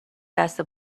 دست